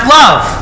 love